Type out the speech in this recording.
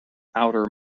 outer